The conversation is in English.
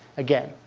again,